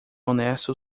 honesto